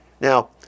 Now